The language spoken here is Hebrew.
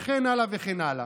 וכן הלאה וכן הלאה.